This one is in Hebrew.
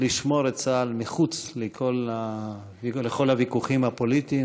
לשמור את צה"ל מחוץ לכל הוויכוחים הפוליטיים